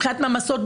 מבחינת מעמסות,